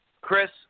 Chris